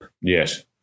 Yes